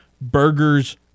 Burgers